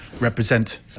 represent